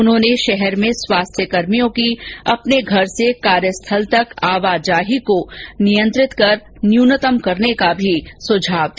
उन्होंने शहर में स्वास्थ्यकर्मियों की अपने घर से कार्य स्थल तक आवाजाही को भी नियंत्रित कर न्यूनतम करने का सुझाव दिया